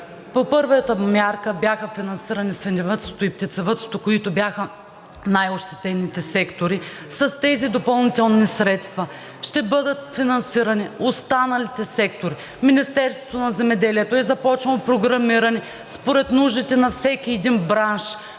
По първата мярка са финансирани свиневъдството и птицевъдството, които бяха най-ощетените сектори. С тези допълнителни средства ще бъдат финансирани останалите сектори. Министерството на земеделието е започнало програмиране според нуждите на всеки един бранш